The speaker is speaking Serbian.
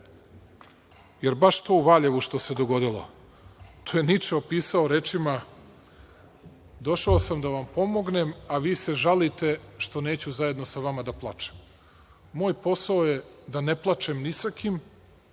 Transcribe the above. jer baš to u Valjevu što se dogodilo, to je Niče opisao rečima – došao sam da vam pomognem, a vi se žalite što neću zajedno sa vama da plačem. Moj posao je da ne plačem ni sa kim,